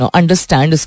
understand